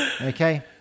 Okay